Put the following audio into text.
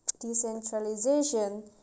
Decentralization